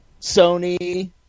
Sony